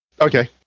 Okay